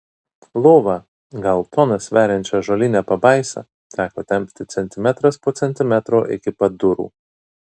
lova gal toną sveriančią ąžuolinę pabaisą teko tempti centimetras po centimetro iki pat durų